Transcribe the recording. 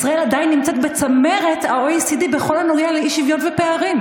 ישראל עדיין נמצאת בצמרת ה-OECD בכל הנוגע לאי-שוויון ופערים".